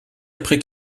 après